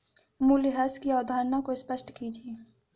मूल्यह्रास की अवधारणा को स्पष्ट कीजिए